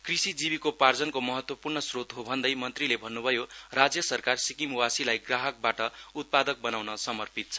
कृषि जीविकोपाजर्नको महत्वपूर्ण श्रोत हो भन्दै मन्त्रीले भन्न्भयो राज्य सरकार सिक्किमवासीलाई ग्राहकबाट उत्पादक बनाउन समपिर्त छ